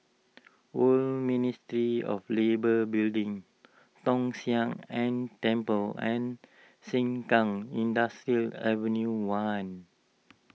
Old Ministry of Labour Building Tong Sian Eng Temple and Sengkang Industrial Ave one